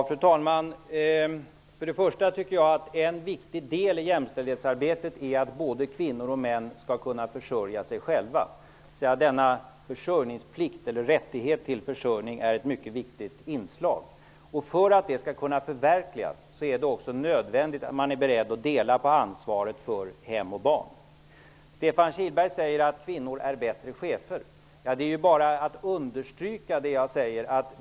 Fru talman! Först och främst tycker jag att en viktig del i jämställdhetsarbetet är att både kvinnor och män skall kunna försörja sig själva. Denna rättighet till försörjning är ett mycket viktigt inslag. För att det skall kunna förverkligas är det nödvändigt att man är beredd att dela på ansvaret för hem och barn. Stefan Kihlberg säger att kvinnor är bättre chefer. Detta understryker vad jag säger.